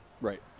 right